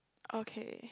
okay